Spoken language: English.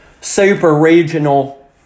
super-regional